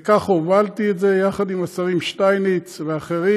וכך הובלתי את זה, יחד עם השר שטייניץ ואחרים,